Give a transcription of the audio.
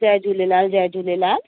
जय झूलेलाल जय झूलेलाल